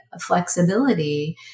flexibility